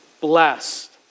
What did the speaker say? blessed